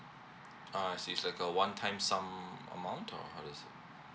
uh is this like a one time sum amount or how does it